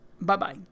Bye-bye